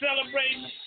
celebrating